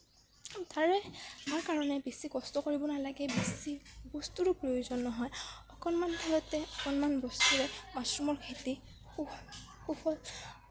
তাৰে তাৰকাৰণে বেছি কষ্ট কৰিব নালাগে বেছি বস্তুৰো প্ৰয়োজন নহয় অকণমান ঠাইতে অকণমান বস্তুৰে মাছৰুমৰ খেতি সুফল